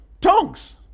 tongues